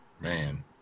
Man